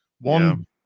one